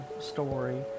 story